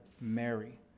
Mary